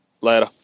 Later